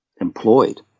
employed